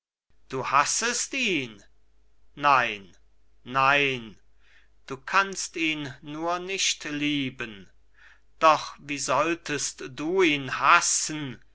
du hassest ihn nein nein du kannst ihn nur nicht lieben doch wie solltest du ihn hassen